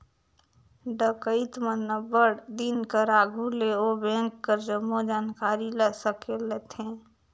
डकइत मन अब्बड़ दिन कर आघु ले ओ बेंक कर जम्मो जानकारी ल संकेलथें